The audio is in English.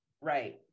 right